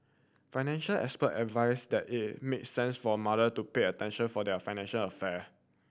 financial expert advised it make sense for mother to pay attention for their financial affair